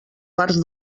parts